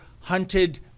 hunted